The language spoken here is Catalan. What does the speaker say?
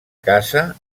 casa